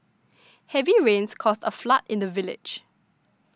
heavy rains caused a flood in the village